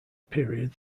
period